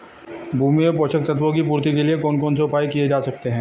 भूमि में पोषक तत्वों की पूर्ति के लिए कौन कौन से उपाय किए जा सकते हैं?